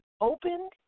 opened